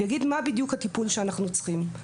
יגיד מה בדיוק הטיפול שאנחנו צריכים.